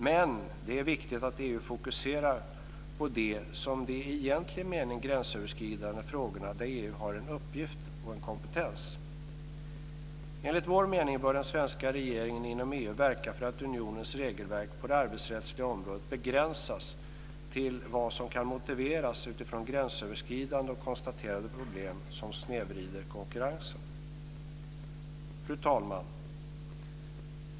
Men det är viktigt att EU fokuserar på det som är de i egentlig mening gränsöverskridande frågorna där EU har en uppgift och kompetens. Enligt vår mening bör den svenska regeringen inom EU verka för att unionens regelverk på det arbetsrättsliga området begränsas till vad som kan motiveras utifrån gränsöverskridande och konstaterade problem som snedvrider konkurrensen. Fru talman!